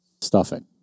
stuffing